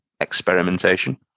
experimentation